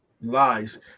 lies